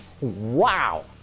wow